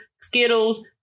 Skittles